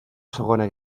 segona